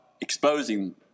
exposing